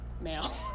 Male